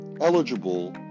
eligible